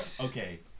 Okay